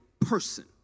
person